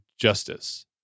justice